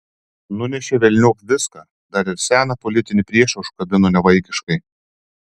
nunešė velniop viską dar ir seną politinį priešą užkabino nevaikiškai